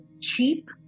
cheap